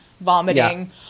vomiting